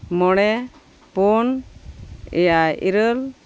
ᱢᱚᱬᱮ ᱯᱩᱱ ᱮᱭᱟᱭ ᱤᱨᱟᱹᱞ